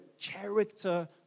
character